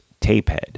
tapehead